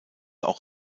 auch